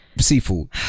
seafood